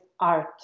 art